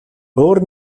өөр